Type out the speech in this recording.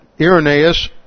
Irenaeus